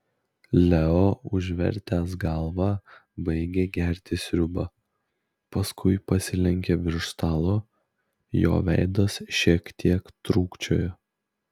leo užvertęs galvą baigė gerti sriubą paskui pasilenkė virš stalo jo veidas šiek tiek trūkčiojo